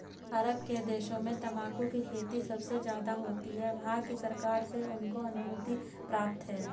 अरब के देशों में तंबाकू की खेती सबसे ज्यादा होती है वहाँ की सरकार से उनको अनुमति प्राप्त है